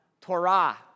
Torah